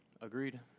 Agreed